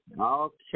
Okay